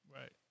right